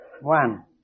One